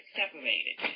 separated